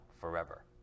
forever